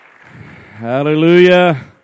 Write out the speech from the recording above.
Hallelujah